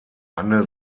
anne